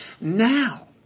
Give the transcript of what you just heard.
Now